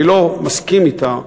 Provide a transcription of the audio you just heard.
אני לא מסכים אתה.